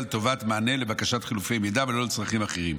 לטובת מענה לבקשת חילופי מידע ולא לצרכים אחרים.